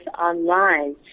online